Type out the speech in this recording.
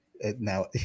now